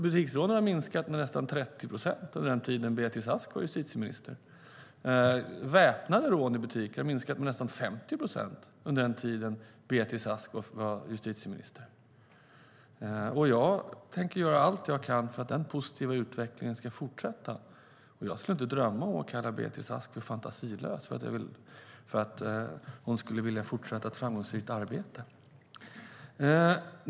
Butiksrånen minskade med nästan 30 procent under den tid då Beatrice Ask var justitieminister. Väpnade rån i butik minskade med nästan 50 procent under den tid då Beatrice Ask var justitieminister. Jag tänker göra allt jag kan för att den positiva utvecklingen ska fortsätta. Jag skulle inte drömma om att kalla Beatrice Ask för fantasilös om hon skulle vilja fortsätta med ett framgångsrikt arbete.